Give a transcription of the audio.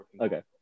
Okay